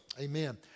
Amen